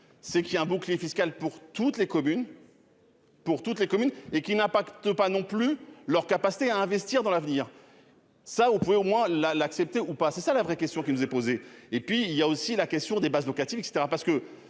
toutes les communes. Pour toutes les communes et qui n'impacte pas non plus leur capacité à investir dans l'avenir, ça on pouvait au moins la l'accepter ou pas, c'est ça la vraie question qui nous est posée, et puis il y a aussi la question des bases locatives etc